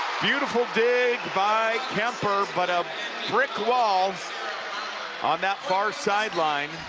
beautiful dig by kuemper, but a brick wall on that far sideline.